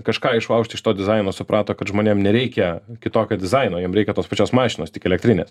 kažką išlaužt iš to dizaino suprato kad žmonėm nereikia kitokio dizaino jiem reikia tos pačios mašinos tik elektrinės